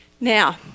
Now